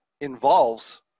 involves